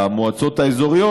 במועצות האזוריות,